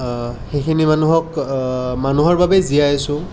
সেইখিনি মানুহক মানুহৰ বাবেই জীয়াই আছো